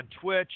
twitch